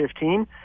2015